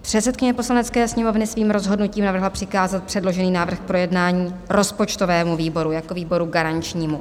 Předsedkyně Poslanecké sněmovny svým rozhodnutím navrhla přikázat předložený návrh k projednání rozpočtovému výboru jako výboru garančnímu.